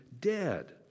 dead